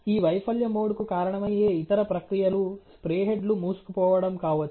ఈ వైఫల్య మోడ్కు కారణమయ్యే ఇతర ప్రక్రియలు స్ప్రే హెడ్లు మూసుకుపోవడం కావచ్చు